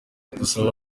dusaba